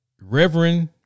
Reverend